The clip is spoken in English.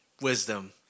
wisdom